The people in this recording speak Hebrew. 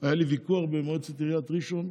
היה לי ויכוח במועצת עיריית ראשון.